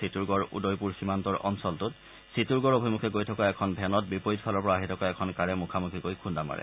চিটোৰগড় উদয়পুৰ সীমান্তৰ অঞ্চলটোত চিটোৰগড় অভিমুখে গৈ থকা এখন ভেনত বিপৰীত ফালৰ পৰা আহি থকা এখন কাৰে মুখামুখিকৈ খুন্দা মাৰে